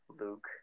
Luke